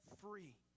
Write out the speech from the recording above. free